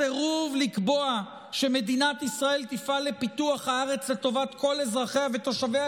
הסירוב לקבוע שמדינת ישראל תפעל לפיתוח הארץ לטובת כל אזרחיה ותושביה,